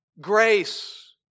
Grace